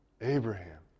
Abraham